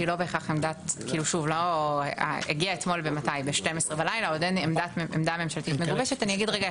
אין לנו עדיין עמדה ממשלתית מגובשת,